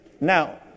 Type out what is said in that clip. Now